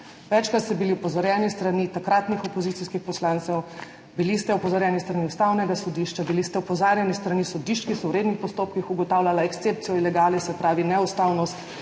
Večkrat ste bili opozorjeni s strani takratnih opozicijskih poslancev, bili ste opozorjeni s strani Ustavnega sodišča, bili ste opozorjeni s strani sodišč, ki so v rednih postopkih ugotavljala exceptio illegalis, se pravi neustavnost